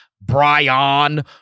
Brian